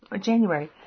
January